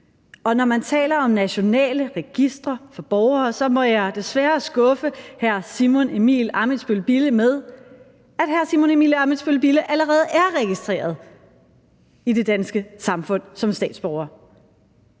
Og når man taler om nationale registre for borgere, må jeg desværre skuffe hr. Simon Emil Ammitzbøll-Bille med, at hr. Simon Emil Ammitzbøll-Bille allerede er registreret som statsborger